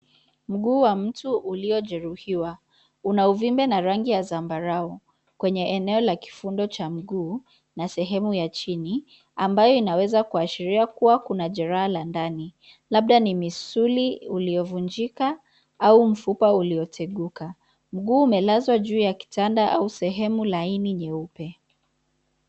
Mguu wa mtu uliyo jeruhiwa una uvimbe na rangi ya zambarao kwenye neo ka kifundo cha mguu na sehemu ya chini ambayo inaweza kushairia kuwa kuna jeraha la ndani labda ni misuli ulio vunjika au mfupa ulio teguka. Mguu umelazwa juu ya kitanda au sehemu laini nyeupe.